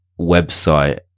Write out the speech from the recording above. website